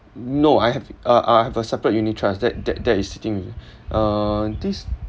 n~ no I have a uh I have a separate unit trust that that that is sitting with uh this